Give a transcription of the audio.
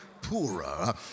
Poorer